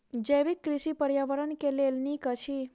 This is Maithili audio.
जैविक कृषि पर्यावरण के लेल नीक अछि